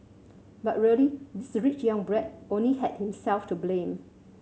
but really this rich young brat only had himself to blame